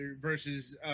versus